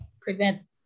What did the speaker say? prevent